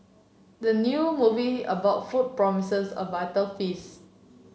the new movie about food promises a vital feast